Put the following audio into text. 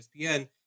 ESPN